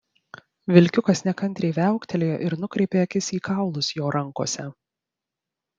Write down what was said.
vilkiukas nekantriai viauktelėjo ir nukreipė akis į kaulus jo rankose